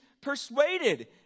persuaded